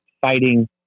fighting